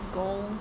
goal